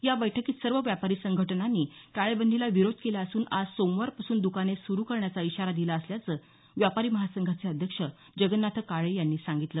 या बैठकीत सर्व व्यापारी संघटनांनी टाळेबंदीला विरोध केला असून आज सोमवार पासून दुकाने सुरु करण्याचा इशारा दिला असल्याचं व्यापारी महासंघाचे अध्यक्ष जगन्नाथ काळे यांनी सांगितलं